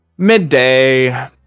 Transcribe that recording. Midday